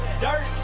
Dirt